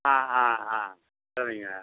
ஆ ஆ ஆ சரிங்க